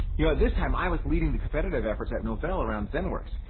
you know, at this time, i was leading the competitive efforts at novel around zenworks.